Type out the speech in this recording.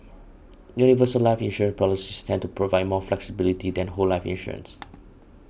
universal life insurance policies tend to provide more flexibility than whole life insurance